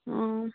অঁ